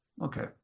Okay